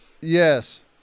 Yes